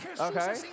Okay